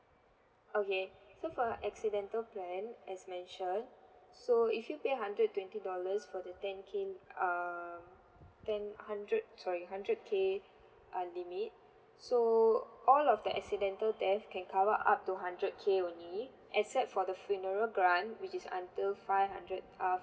okay so for accidental plan as mentioned so if you pay hundred twenty dollars for the ten K um ten hundred sorry hundred K uh limit so all of the accidental death can cover up to hundred K only except for the funeral grant which is until five hundred uh